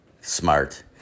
smart